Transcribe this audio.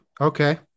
Okay